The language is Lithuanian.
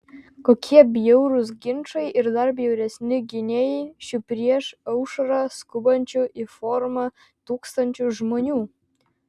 kokie bjaurūs ginčai ir dar bjauresni gynėjai šių prieš aušrą skubančių į forumą tūkstančių žmonių